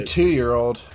two-year-old